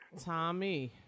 Tommy